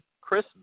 Chris